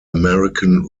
american